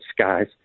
skies